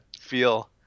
feel